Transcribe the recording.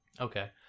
Okay